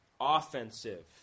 offensive